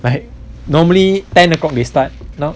like normally ten o'clock they start now